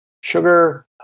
sugar